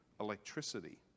electricity